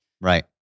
Right